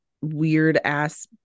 weird-ass